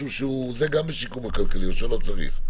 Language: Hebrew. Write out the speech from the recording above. --- כשאמרתי למישהו תודה אמרתי לו תודה.